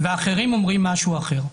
ואחרים אומרים משהו אחר.